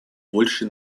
больше